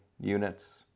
units